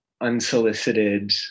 unsolicited